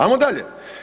Ajmo dalje.